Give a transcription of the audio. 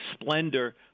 splendor